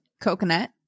coconut